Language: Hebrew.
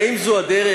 האם זו הדרך?